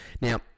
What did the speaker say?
Now